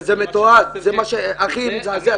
זה מתועד, זה מה שהכי מזעזע.